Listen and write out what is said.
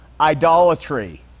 idolatry